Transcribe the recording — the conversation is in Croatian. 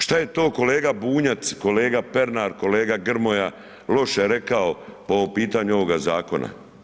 Što je to kolega Bunjac, kolega Pernar, kolega Grmoja loše rekao o pitanju ovoga zakona?